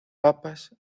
papas